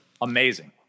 Amazing